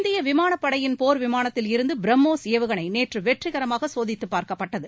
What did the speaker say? இந்திய விமானப் படையின் போர் விமானத்தில் இருந்து பிரம்மோஸ் ஏவுகணை நேற்று வெற்றிகரமாக சோதித்து பார்க்கப்பட்டது